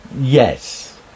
yes